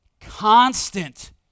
constant